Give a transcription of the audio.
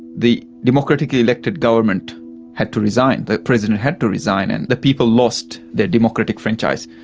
the democratically elected government had to resign, the president had to resign, and the people lost their democratic franchise.